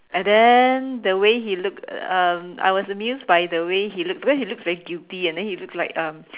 and then the way he looked um I was amused by the way he looked because he looked very guilty and then he looked like um